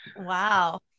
Wow